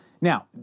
Now